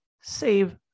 save